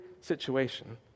situation